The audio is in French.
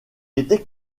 était